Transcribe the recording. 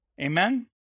Amen